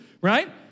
right